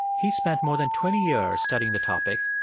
he's spent more than twenty years studying the topic,